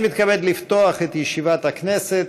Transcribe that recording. ירושלים, הכנסת,